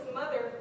mother